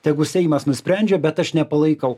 tegu seimas nusprendžia bet aš nepalaikau